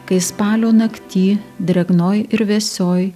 kai spalio nakty drėgnoj ir vėsioj